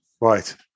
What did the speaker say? Right